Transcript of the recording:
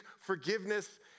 forgiveness